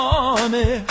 army